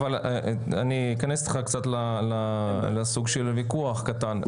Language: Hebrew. אבל אני אכנס איתך קצת לסוג של ויכוח קטן.